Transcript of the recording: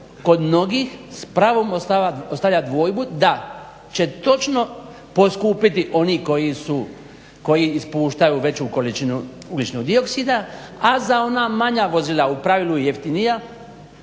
kod mnogih s pravom ostavlja dvojbu da će točno poskupjeti oni koji su, koji ispuštaju veću količinu ugljičnog dioksida, a za ona manja vozila u pravilu jeftinija